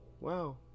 wow